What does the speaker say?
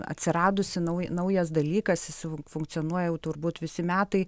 atsiradusi nau naujas dalykas su funkcionuoja jau turbūt visi metai